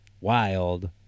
wild